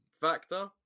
factor